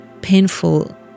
painful